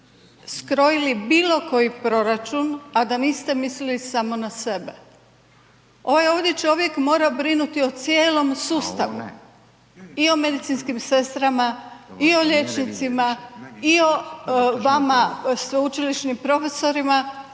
skrojili bilo koji proračun, a da niste mislili samo na sebe. Ovaj ovdje čovjek mora brinuti o cijelom sustavu i o medicinskim sestrama i o liječnicima i o vama sveučilišnim profesorima